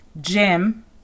Jim